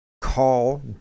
call